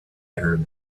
heard